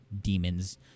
demons